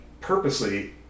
purposely